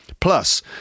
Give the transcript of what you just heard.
Plus